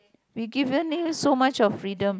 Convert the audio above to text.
we given you so much of freedom